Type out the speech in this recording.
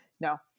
No